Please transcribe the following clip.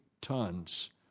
tons